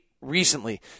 recently